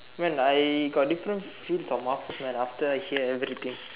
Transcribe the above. when I got different fruit on mouth after I hear everything